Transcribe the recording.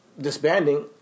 disbanding